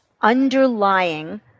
underlying